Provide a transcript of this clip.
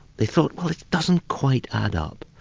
they thought, oh, it doesn't quite add up.